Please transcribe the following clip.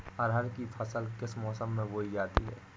अरहर की फसल किस किस मौसम में बोई जा सकती है?